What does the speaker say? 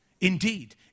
indeed